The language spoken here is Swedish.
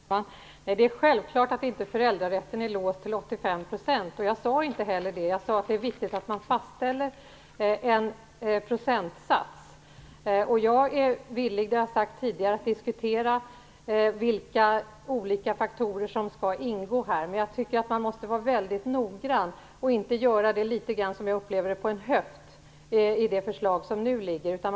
Herr talman! Det är självklart att föräldrarätten inte är låst till 85 %. Det sade jag inte heller. Jag sade att det är viktigt att man fastställer en procentsats. Som jag tidigare har sagt är jag villig att diskutera vilka olika faktorer som skall ingå. Men man måste vara väldigt noggrann och inte göra det på en höft, litet grand som jag upplever att man har gjort i det förslag som nu har lagts fram.